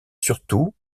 surtout